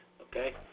okay